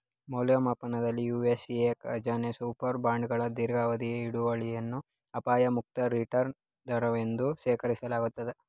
ಮೌಲ್ಯಮಾಪನದಲ್ಲಿ ಯು.ಎಸ್.ಎ ಖಜಾನೆ ಸೂಪರ್ ಬಾಂಡ್ಗಳ ದೀರ್ಘಾವಧಿಯ ಹಿಡುವಳಿಯನ್ನ ಅಪಾಯ ಮುಕ್ತ ರಿಟರ್ನ್ ದರವೆಂದು ಶೇಖರಿಸಲಾಗುತ್ತೆ